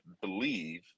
believe